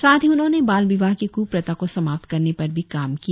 साथ ही उन्होंने बाल विवाह की क्प्रथा को समाप्त करने पर भी काम किया